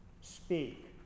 Speak